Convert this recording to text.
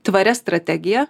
tvaria strategija